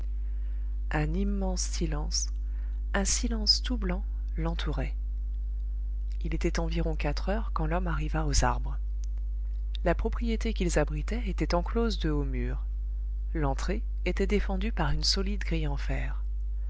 un immense silence un silence tout blanc l'entourait il était environ quatre heures quand l'homme arriva aux arbres la propriété qu'ils abritaient était enclose de hauts murs l'entrée était défendue par une solide grille en